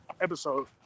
episode